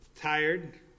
tired